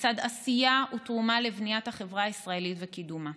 לצד עשייה ותרומה לבניית החברה הישראלית וקידומה.